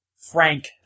Frank